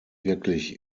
wirklich